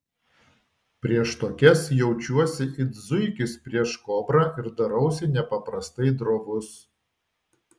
prieš tokias jaučiuosi it zuikis prieš kobrą ir darausi nepaprastai drovus